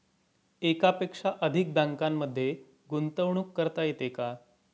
एकापेक्षा अधिक बँकांमध्ये गुंतवणूक करता येते का?